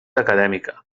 acadèmica